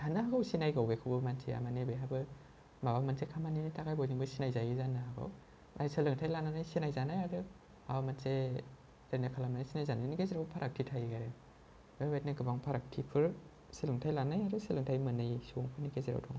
थानो हागौ सिनायगौ बेखौबो मानसिया माने बेहाबो माबा मोनसे खामानिनि थाखाय बयजोंबो सिनाय जायो जानो हागौ नाथाइ सोलोंथाइ लानानै सिनायजानाय आरो माबा मोनसे खालामनानै सिनायजानायनि गेजेराव फारागथि थायो आरो बेफोरबायदिनो गोबां फारागथिफोर सोलोंथाइ लानाय आरो सोलोंथाइ मोनै सुबुंनि गेजेराव दङ आरो